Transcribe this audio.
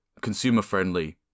consumer-friendly